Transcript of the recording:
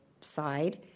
side